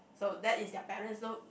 so that is their parents so